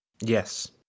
Yes